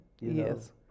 yes